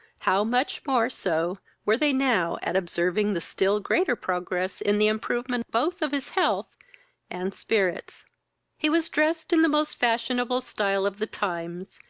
how much more so were they now at observing the still greater progress in the improvement both of his health and spirits he was drest in the most fashionable stile of the times,